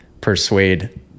persuade